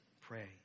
pray